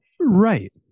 Right